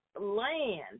land